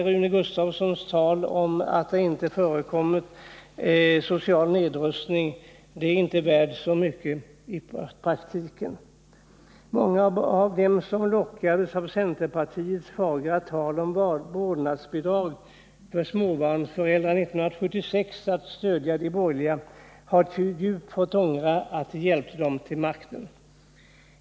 Rune Gustavssons tal om att det inte förekommit social nedrustning är inte värt så mycket i praktiken. Många av dem som 1976 lockades att stödja de borgerliga efter centerpartiets fagra tal om vårdnadsbidrag för småbarnsföräldrar har djupt fått ångra att de hjälpte dem till makten.